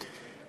נא לסיים.